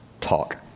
talk